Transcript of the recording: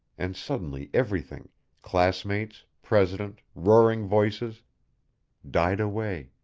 and suddenly everything class-mates, president, roaring voices died away.